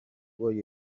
will